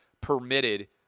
permitted